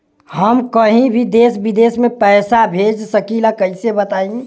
हम कहीं भी देश विदेश में पैसा भेज सकीला कईसे बताई?